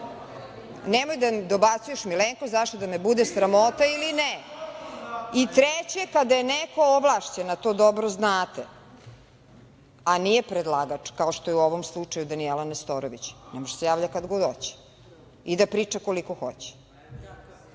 nemoj da mi dobacuješ, zašto da me bude sramota ili ne. Treće, kada je neko ovlašćen, to dobro znate, a nije predlagač, kao što je u ovom slučaju Danijela Nestorović, može da se javlja kad god hoće i da priča koliko hoće. Ja